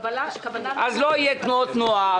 אז לא יהיה תקציב לתנועות נוער,